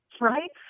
right